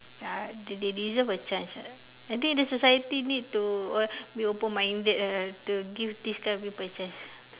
ya they deserve a chance lah I think this society need to (uh)be open minded ah to give this kind of people a chance